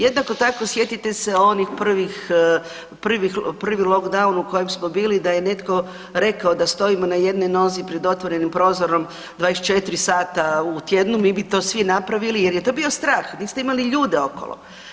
Jednako tako sjetite se onih prvi lockdown u kojem smo bili da je netko rekao da stojimo nad jednoj nozi pred otvorenim prozorom 24 sata u tjednu, mi bi to svi napravili jer je to bio strah niste imali ljude okolo.